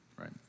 right